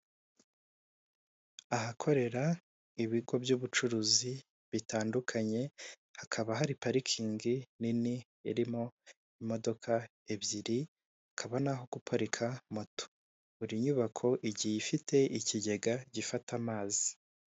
Ahakorera ibigo by'ubucuruzi bitandukanye. Hakaba hari parikingi nini irimo imodoka ebyiri, hakaba naho guparika moto. Buri nyubako igiye ifite ikigega gifata amazi.